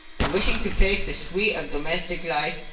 and, wishing to taste the sweets of domestic life,